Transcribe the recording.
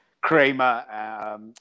Kramer –